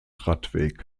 radweg